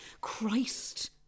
Christ